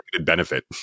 benefit